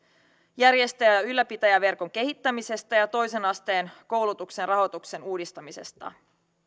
järjestäjä ja ylläpitäjäverkon kehittämisestä ja toisen asteen koulutuksen rahoituksen uudistamisesta